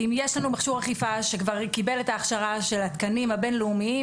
אם יש לנו מכשור אכיפה שכבר קיבל את ההכשרה של התקנים הבין לאומיים,